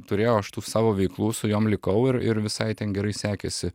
turėjau aš tų savo veiklų su jom likau ir ir visai ten gerai sekėsi